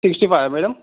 sixty five madam